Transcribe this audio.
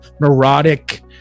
Neurotic